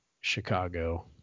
Chicago